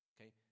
Okay